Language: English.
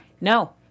No